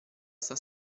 sta